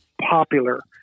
popular